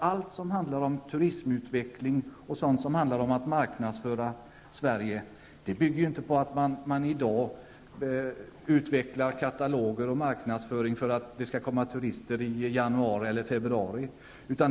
När man arbetar med att utveckla turism, handlar det inte om att framställa kataloger och vidta andra marknadsföringsåtgärder med tanke på att det skall komma turister i januari eller februari.